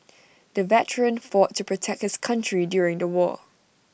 the veteran fought to protect his country during the war